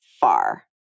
far